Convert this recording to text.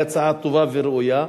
היא הצעה טובה וראויה,